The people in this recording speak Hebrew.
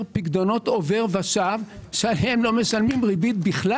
פיקדונות עובר ושב שהם לא משלמים ריבית בכלל.